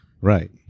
Right